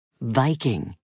Viking